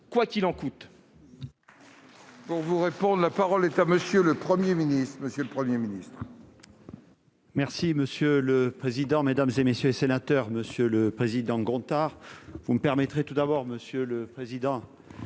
quoi qu'il en coûte